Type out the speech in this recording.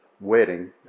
wedding